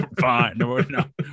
fine